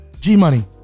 G-Money